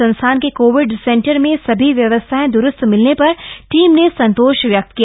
संस्थान के covid centre में सभी व्यवस्थाएं द्रुस्त मिलने पर टीम ने संताष्ट व्यक्त किया